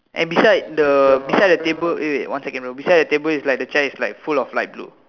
and beside the beside the table wait wait one second bro beside the table is like the chair is like full of light blue